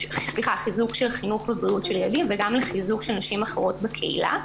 חיזוק של חינוך ובריאות של ילדים וגם לחיזוק של נשים אחרות בקהילה.